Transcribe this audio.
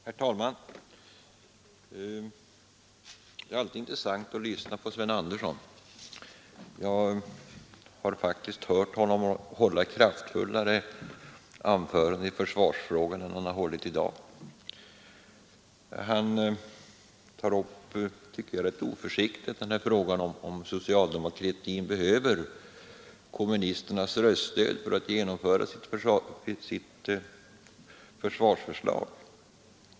Herr talman! Det är alltid intressant att lyssna på Sven Andersson. Men jag har faktiskt hört honom hålla kraftfullare anföranden i försvarsfrågan än vad han hållit här i dag. Han tar enligt min mening rätt oförsiktigt upp frågan om huruvida socialdemokratin behöver kommunisternas röststöd för att genomföra sitt försvarsförslag.